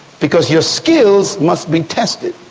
because your skills must be tested.